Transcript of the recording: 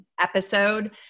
episode